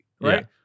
Right